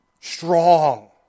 strong